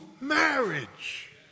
marriage